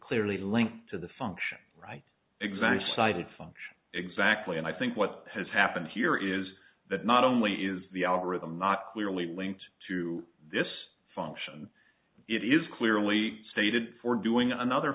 clearly linked to the function right exactly cited function exactly and i think what has happened here is that not only is the algorithm not clearly linked to this function it is clearly stated for doing another